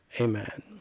Amen